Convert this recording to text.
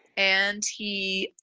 and he,